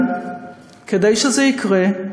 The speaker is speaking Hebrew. אבל כדי שזה יקרה,